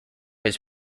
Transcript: his